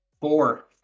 four